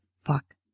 fuck